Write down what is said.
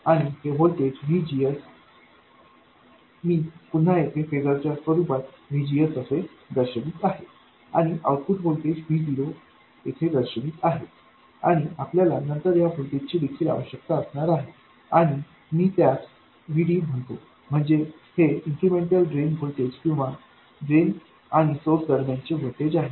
आणि हे voltage VGS मी पुन्हा येथे फेजर च्या स्वरूपात VGS असे दर्शवित आहे आणि आउटपुट व्होल्टेज V0 येथे दर्शवित आहे आणि आपल्याला नंतर या व्होल्टेजची देखील आवश्यकता असणार आहे आणि मी त्यास VD म्हणतो म्हणजे हे इन्क्रिमेंटल ड्रेन व्होल्टेज किंवा ड्रेन आणि सोर्स दरम्यानचे व्होल्टेज आहे